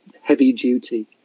heavy-duty